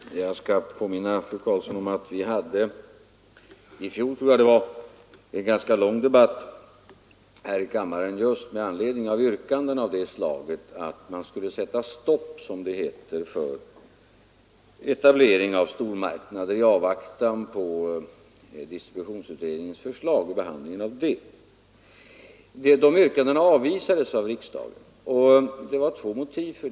Herr talman! Jag skall påminna fru Karlsson om att vi — jag tror det var i fjol — hade en ganska lång debatt här i kammaren just med anledning av yrkandet om att man, som det hette, skulle sätta stopp för etableringar av stormarknader i avvaktan på distributionsutredningens förslag. Dessa yrkanden avvisades av riksdagen. Det fanns två motiv härför.